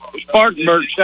Spartanburg